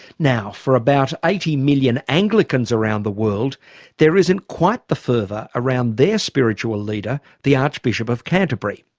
now for about eighty million anglicans around the world there isn't quite the fervour around their spiritual leader the archbishop of canterbury.